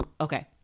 Okay